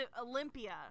Olympia